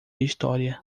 história